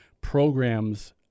programs